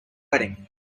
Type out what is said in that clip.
wedding